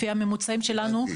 לפי הממוצעים שלנו,